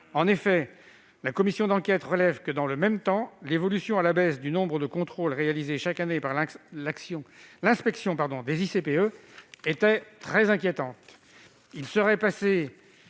En effet, la commission d'enquête relève que, dans le même temps, l'évolution à la baisse du nombre de contrôles réalisés chaque année par l'inspection des ICPE était très inquiétante. Il serait passé